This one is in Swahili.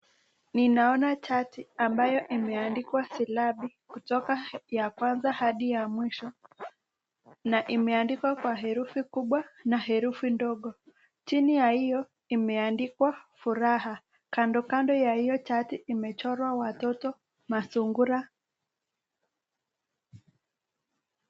Ninaona chati ambayo imeandikwa silabi kutoka ya kwanza hadi ya mwisho na imeandikwa kwa herufi kubwa na herufi ndogo. Chini ya hiyo imeandikwa furaha. Kandokando ya hiyo chati imechorwa watoto masungura.